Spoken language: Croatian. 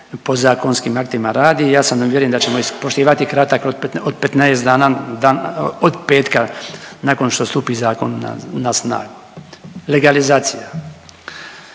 podzakonskim aktima radi. I ja sam uvjeren da ćemo ispoštivati kratak rok od 15 dana, od petka nakon što stupi zakon na snagu. Legalizacija.